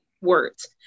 words